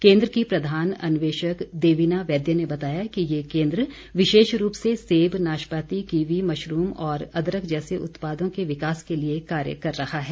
केन्द्र की प्रधान अन्वेशक देविना वैद्य ने बताया कि ये केन्द्र विशेष रूप से सेब नाशपाती कीवी मशरूम और अदरक जैसे उत्पादों के विकास के लिए कार्य कर रहा है